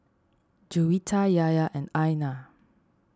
Juwita Yahya and Aina